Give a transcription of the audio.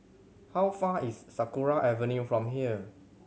how far is Sakra Avenue from here